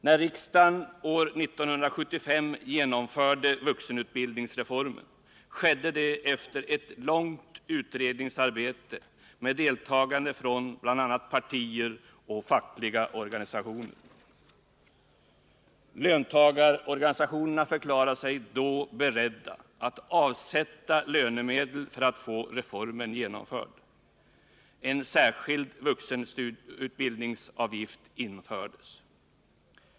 När riksdagen år 1975 genomförde vuxenutbildningsreformen, skedde det efter ett långt utredningsarbete med deltagande från bl.a. partier och fackliga organisationer. Löntagarorganisationerna förklarade sig då beredda att avsätta lönemedel för att få reformen genomförd. En särskild vuxenutbildningsavgift infördes.